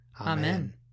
Amen